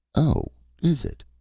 oh, is it?